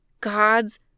God's